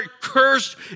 cursed